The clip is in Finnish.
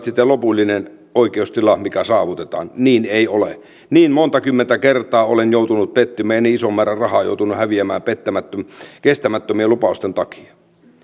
sitten lopullinen oikeustila mikä saavutetaan niin ei ole niin monta kymmentä kertaa olen joutunut pettymään ja niin ison määrän rahaa joutunut häviämään kestämättömien lupausten takia